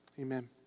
Amen